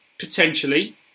Potentially